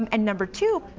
um and number two,